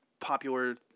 popular